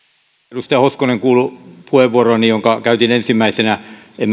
edustaja hoskonen on kuullut puheenvuoroni jonka käytin ensimmäisenä emme